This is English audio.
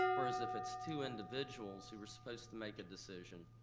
whereas if it's two individuals who were supposed to make a decision,